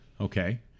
okay